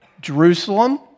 Jerusalem